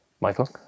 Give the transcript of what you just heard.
Michael